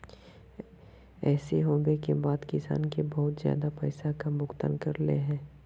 ऐसे होबे के बाद किसान के बहुत ज्यादा पैसा का भुगतान करले है?